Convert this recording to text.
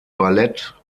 ballett